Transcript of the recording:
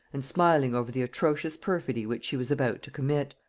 and smiling over the atrocious perfidy which she was about to commit.